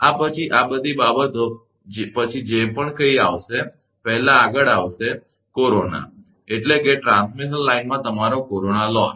આ પછી આ બધી બાબતો પછી જે કંઇ આવશે પહેલા આગળ આવશે કોરોના એટલે કે ટ્રાન્સમિશન લાઇનમાં તમારો કોરોના લોસ